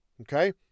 Okay